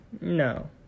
No